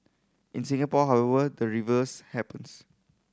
in Singapore however the reverse happens